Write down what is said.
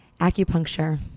acupuncture